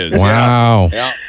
Wow